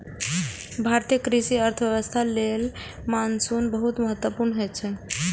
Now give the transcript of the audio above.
भारतीय कृषि आ अर्थव्यवस्था लेल मानसून बहुत महत्वपूर्ण होइ छै